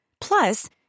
Plus